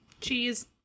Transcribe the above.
Cheese